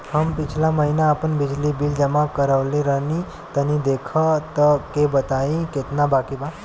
हम पिछला महीना आपन बिजली बिल जमा करवले रनि तनि देखऽ के बताईं केतना बाकि बा?